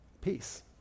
peace